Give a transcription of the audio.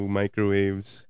microwaves